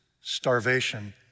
starvation